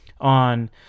on